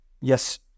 Yes